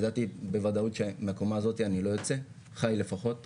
ידעתי בוודאות שמהקומה הזאת אני לא אצא, חי לפחות.